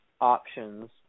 options